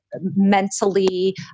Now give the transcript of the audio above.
mentally